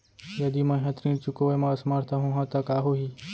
यदि मैं ह ऋण चुकोय म असमर्थ होहा त का होही?